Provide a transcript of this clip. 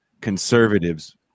conservatives